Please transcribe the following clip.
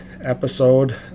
episode